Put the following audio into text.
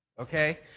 Okay